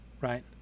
right